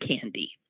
candy